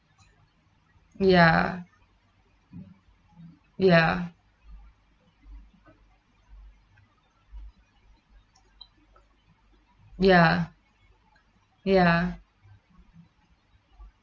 ya ya ya ya